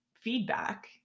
feedback